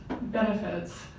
benefits